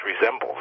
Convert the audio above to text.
resembles